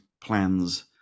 plans